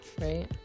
right